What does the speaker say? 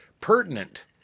pertinent